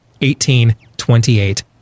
1828